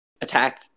attack